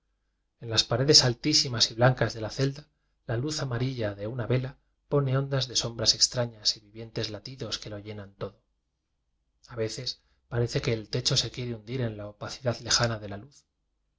en las paredes altísimas y blancas de la celda la luz amarilla de una vela pone ondas de som bras extrañas y vivientes latidos que lo lle nan todo a veces parece que el techo se quiere hundir en la opacidad lejana de la luz